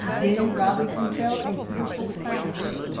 then robinson felt a fearful crash.